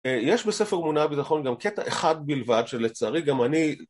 יש בספר תמונת ביטחון גם קטע אחד בלבד שלצערי גם אני